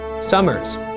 Summers